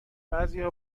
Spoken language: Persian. بعضیها